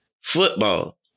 football